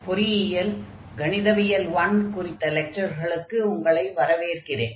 பொறியியல் கணிதவியல் 1 குறித்த லெக்சர்களுக்கு உங்களை வரவேற்கிறேன்